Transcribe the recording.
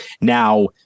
Now